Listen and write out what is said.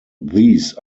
these